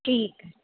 ਠੀਕ